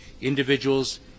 individuals